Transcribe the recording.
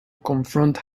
confront